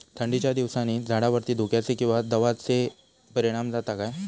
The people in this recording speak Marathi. थंडीच्या दिवसानी झाडावरती धुक्याचे किंवा दवाचो परिणाम जाता काय?